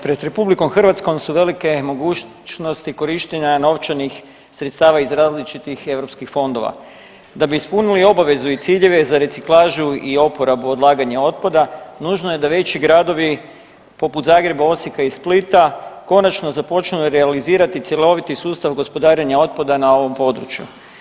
Pred RH su velike mogućnosti korištenja novčanih sredstava iz različitih eu fondova, da bi ispunili obavezu i ciljeve za reciklažu i oporabu odlaganja otpada nužno je da veći gradovi poput Zagreba, Osijeka i Splita konačno započnu realizirati cjeloviti sustav gospodarenja otpada na ovom području.